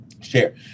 Share